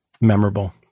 memorable